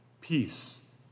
peace